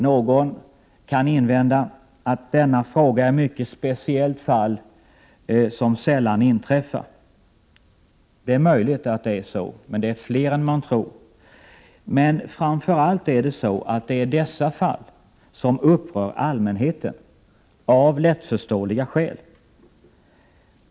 Någon kan invända att det här rör sig om ett mycket speciellt fall, om något som sällan inträffar. Det är möjligt att det är så. Men det rör sig om fler fall än man tror. Framför allt dessa fall upprör dock allmänheten av lättförståeliga skäl.